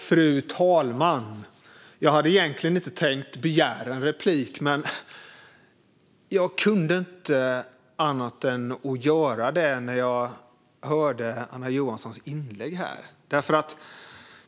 Fru talman! Jag hade egentligen inte tänkt begära replik, men jag kunde inte annat än göra det när jag hörde Anna Johanssons inlägg här.